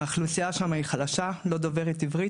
האוכלוסייה שם היא חלשה, לא דוברת עברית.